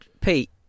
Pete